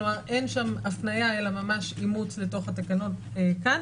כלומר אין שם הפניה אלא ממש אימוץ לתוך התקנות כאן.